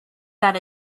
that